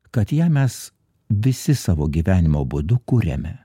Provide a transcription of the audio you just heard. kad ją mes visi savo gyvenimo būdu kuriame